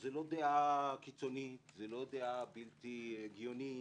זו לא דעה קיצונית, לא דעה בלתי הגיונית.